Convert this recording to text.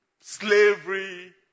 slavery